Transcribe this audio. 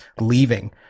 leaving